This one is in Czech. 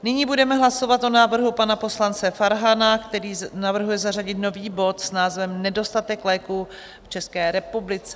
Nyní budeme hlasovat o návrhu pana poslance Farhana, který navrhuje zařadit nový bod s názvem Nedostatek léků v České republice.